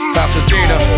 Pasadena